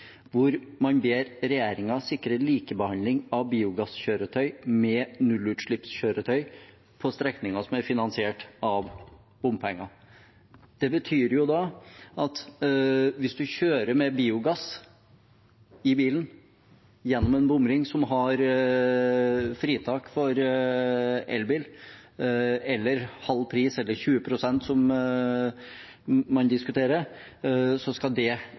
hvor man ber regjeringen «sikre likebehandling av biogasskjøretøy med nullutslippskjøretøy på strekninger som er finansiert av bompenger». Det betyr jo da at hvis man kjører med biogass i bilen gjennom en bomring som har fritak for elbil – eller halv pris eller 20 pst., som man diskuterer – skal det